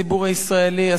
הציבור הישראלי,